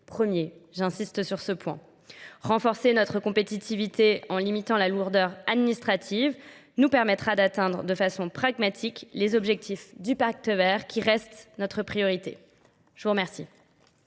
Premier, j'insiste sur ce point. renforcer notre compétitivité en limitant la lourdeur administrative nous permettra d'atteindre de façon pragmatique les objectifs du pacte vert qui reste notre priorité. Je vous remercie.